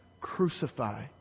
Crucify